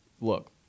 Look